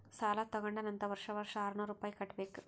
ಸಾಲಾ ತಗೊಂಡಾನ್ ಅಂತ್ ವರ್ಷಾ ವರ್ಷಾ ಆರ್ನೂರ್ ರುಪಾಯಿ ಕಟ್ಟಬೇಕ್